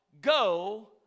go